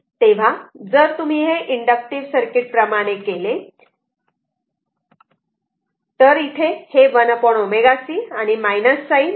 तेव्हा जर तुम्ही हे इंडक्टिव्ह सर्किट प्रमाणेच केले तर इथे हे 1 ω c आणि मायनस साइन आहे